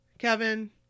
Kevin